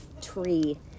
tree